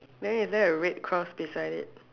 then is there a red cross beside it